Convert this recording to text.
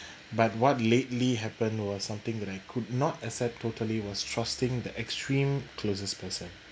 but what lately happen was something that I could not accept totally was trusting the extreme closest person